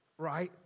Right